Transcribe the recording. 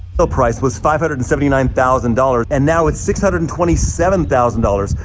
ah price was five hundred and seventy nine thousand dollars and now it's six hundred and twenty seven thousand dollars.